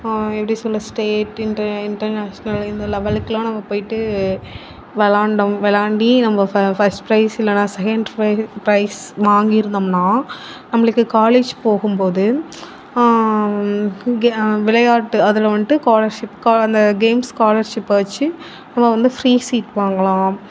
எப்படி சொல்ல state inter international இந்த லெவலுக்குலாம் நம்ம போயிட்டு விளாண்டோம் விளாண்டி நம்ம ஃபர்ஸ்ட் பிரைஸ் இல்லைன்னா செகண்ட் பிரைஸ் வாங்கிருந்தோம்னா நம்மளுக்கு காலேஜ் போகும்போது இங்கே விளையாட்டு அதில் வந்துட்டு ஸ்காலர்ஷிப் அந்த கேம்ஸ் ஸ்காலர்ஷிப்பை வச்சு நம்ம வந்து ஃப்ரீ சீட் வாங்கலாம்